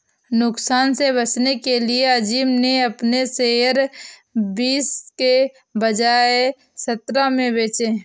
नुकसान से बचने के लिए अज़ीम ने अपने शेयर बीस के बजाए सत्रह में बेचे